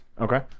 Okay